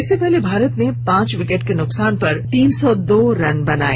इससे पहले भारत ने पांच विकेट के नुकसान पर तीन सौ दो रन बनाये